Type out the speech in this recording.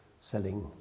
selling